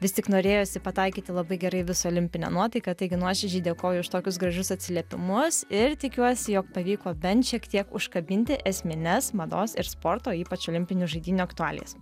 vis tik norėjosi pataikyti labai gerai visą olimpinę nuotaiką taigi nuoširdžiai dėkoju už tokius gražius atsiliepimus ir tikiuosi jog pavyko bent šiek tiek užkabinti esmines mados ir sporto ypač olimpinių žaidynių aktualijas